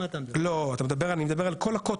אתה יודע מה?